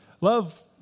Love